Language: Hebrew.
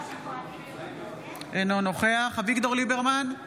אינו נוכח אביגדור ליברמן,